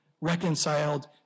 reconciled